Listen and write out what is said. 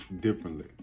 differently